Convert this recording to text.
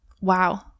Wow